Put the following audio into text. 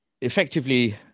Effectively